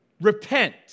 repent